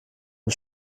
und